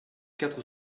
quatre